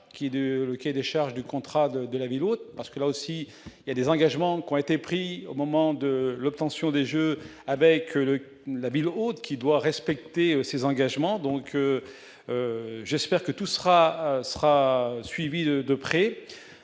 qui est de des charges du contrat de de la ville haute, parce que là aussi il y a des engagements qui ont été pris au moment de l'obtention des Jeux avec la ville haute, qui doit respecter ses engagements, donc j'espère que tout sera sera suivie de près